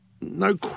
no